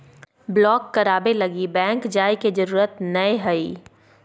block कराबे लगी bank जाय के जरूरत नयय हइ